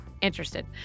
interested